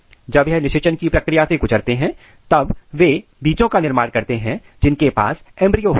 जब यह निषेचन की प्रक्रिया से गुजरते हैं तब वे बीजों का निर्माण करते हैं जिनके पास एंब्रियो होता है